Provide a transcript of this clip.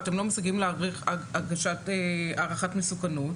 אתם לא מסוגלים להגיש הערכת מסוכנות,